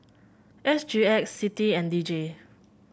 S G X CITI and D J